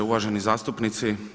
Uvaženi zastupnici.